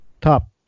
top